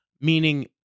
Meaning